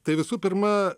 tai visų pirma